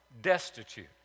destitute